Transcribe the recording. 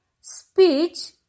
speech